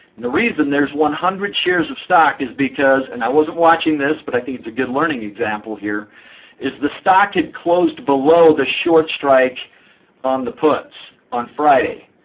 and the reason there's one hundred shares of stock is because and i wasn't watching this, but i think it's a good learning example here is the stock had closed below the short strike on the puts on friday.